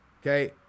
okay